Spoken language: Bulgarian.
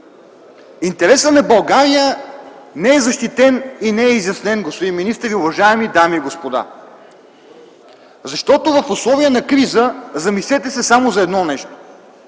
Интересът на България не е защитен и не е изяснен, господин министър и уважаеми дами и господа. В условия на криза се замислете само за едно нещо